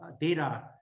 data